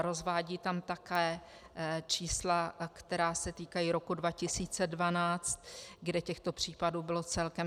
Rozvádí tam také čísla, která se týkají roku 2012, kde těchto případů bylo celkem 129.